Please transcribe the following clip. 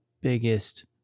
biggest